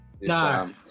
No